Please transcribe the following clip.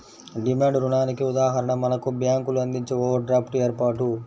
demand రుణానికి ఉదాహరణ మనకు బ్యేంకులు అందించే ఓవర్ డ్రాఫ్ట్ ఏర్పాటు